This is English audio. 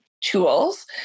tools